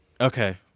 Okay